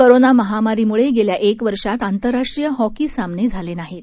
corona महामारीमुळे गेल्या एक वर्षात आंतरराष्ट्रीय हॉकी सामने झाले नाहीत